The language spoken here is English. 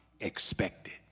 expected